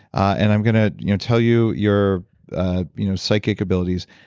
and i'm going to you know tell you your ah you know psychic abilities.